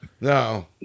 No